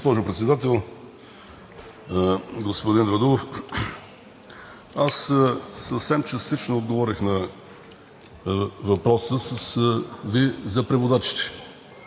господин Радулов! Аз съвсем частично отговорих на въпроса Ви за преводачите,